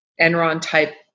Enron-type